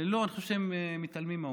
לא, אני חושב שהם מתעלמים מהעובדות.